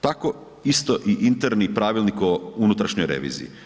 Tako isto i interni pravilnik o unutrašnjoj reviziji.